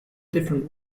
different